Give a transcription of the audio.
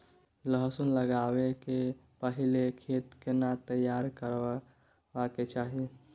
लहसुन लगाबै के पहिले खेत केना तैयार करबा के चाही?